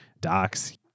Docs